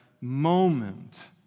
moment